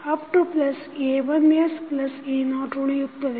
a1sa0 ಉಳಿಯುತ್ತದೆ